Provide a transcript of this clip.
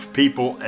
people